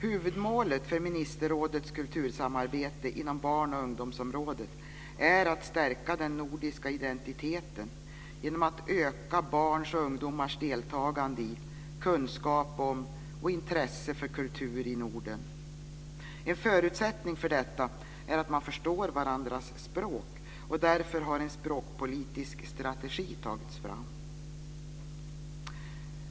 Huvudmålet för ministerrådets kultursamarbete inom barn och ungdomsområdet är att stärka den nordiska identiteten genom att öka barns och ungdomars deltagande i, kunskap om och intresse för kultur i Norden. En förutsättning för detta är att man förstår varandras språk, och därför har en språkpolitisk strategi tagits fram.